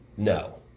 No